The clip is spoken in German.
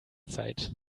zeit